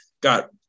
got